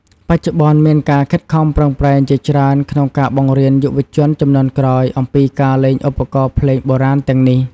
បច្ចុប្បន្ន មានការខិតខំប្រឹងប្រែងជាច្រើនក្នុងការបង្រៀនយុវជនជំនាន់ក្រោយអំពីការលេងឧបករណ៍ភ្លេងបុរាណទាំងនេះ។